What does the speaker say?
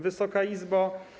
Wysoka Izbo!